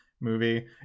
movie